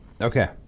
Okay